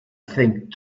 think